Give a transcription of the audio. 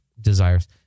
desires